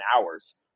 hours